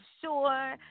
sure